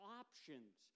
options